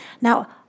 Now